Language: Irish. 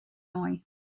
ndóigh